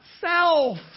self